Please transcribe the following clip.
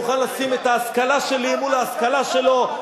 שאני מוכן לשים את ההשכלה שלי מול ההשכלה שלו,